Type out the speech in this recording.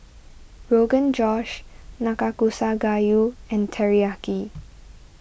Rogan Josh Nanakusa Gayu and Teriyaki